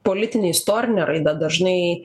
politinę istorinę raidą dažnai